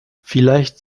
vielleicht